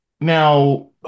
Now